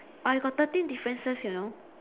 I got thirteen differences you know